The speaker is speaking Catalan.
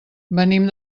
venim